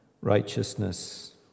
Righteousness